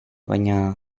baina